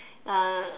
uh